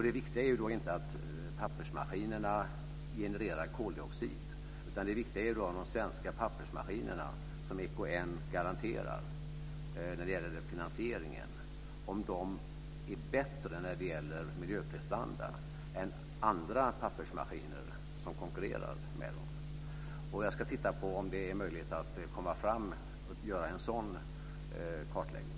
Det viktiga är inte att pappersmaskinerna genererar koldioxid, utan det viktiga är att de svenska pappersmaskinerna, som EKN garanterar när det gäller finansieringen, är bättre i fråga om miljöprestanda än andra pappersmaskiner som konkurrerar med dem. Jag ska titta på om det är möjligt att göra en sådan kartläggning.